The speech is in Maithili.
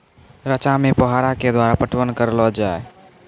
रचा मे फोहारा के द्वारा पटवन करऽ लो जाय?